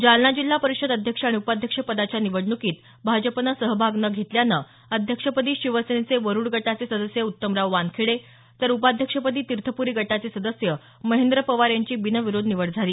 जालना जिल्हा परिषद अध्यक्ष आणि उपाध्यक्षपदाच्या निवडणुकीत भाजपनं सहभाग न घेतल्यानं अध्यक्षपदी शिवसेनेचे वरुड गटाचे सदस्य उत्तमराव वानखेडे तर उपाध्यक्षपदी तीर्थपुरी गटाचे सदस्य महेंद्र पवार यांची बिनविरोध निवड झाली